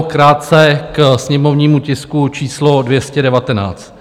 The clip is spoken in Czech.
Krátce k sněmovnímu tisku číslo 219.